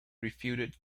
refuted